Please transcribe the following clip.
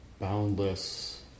boundless